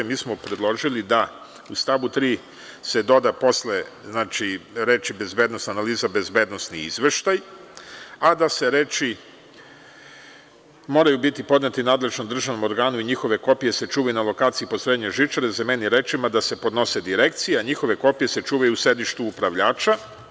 Mi smo predložili da se u stavu 3. posle reči: „bezbednosna analiza“, dodaju reči: „bezbednosni izveštaj“, a da se reči: „moraju biti podnete nadležnom državnom organu a njihove kopije se čuvaju na lokaciji postrojenja žičare“, zamene rečima: „podnosi se Direkciji, a njihove kopije se čuvaju u sedištu upravljača“